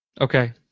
Okay